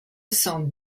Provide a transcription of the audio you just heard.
cent